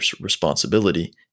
responsibility